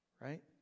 right